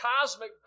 cosmic